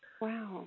Wow